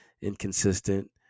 inconsistent